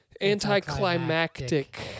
anticlimactic